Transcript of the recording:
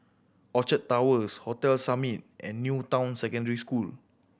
Orchard Towers Hotel Summit and New Town Secondary School